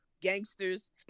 gangsters